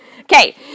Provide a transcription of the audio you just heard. Okay